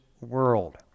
world